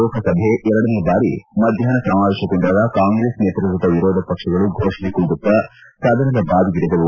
ಲೋಕಸಭೆ ಎರಡನೆ ಬಾರಿ ಮಧ್ಯಾಹ್ನ ಸಮಾವೇಶಗೊಂಡಾಗ ಕಾಂಗ್ರೆಸ್ ನೇತ್ರತ್ವದ ವಿರೋಧ ಪಕ್ಷಗಳು ಘೋಷಣೆ ಕೂಗುತ್ತಾ ಸದನದ ಬಾವಿಗಿಳಿದವು